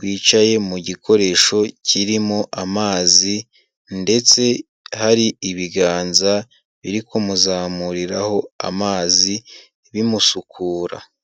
wicaye mu gikoresho kirimo amazi, ndetse hari ibiganza biri kumuzamuriraho amazi bimusukura.